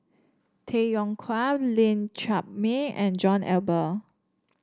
Tay Yong Kwang Lee Chiaw Meng and John Eber